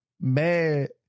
mad